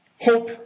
Hope